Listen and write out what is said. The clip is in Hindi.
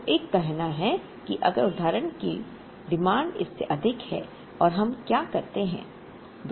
तो एक कहना है कि अगर उदाहरण की मांग इससे अधिक है तो हम क्या करते हैं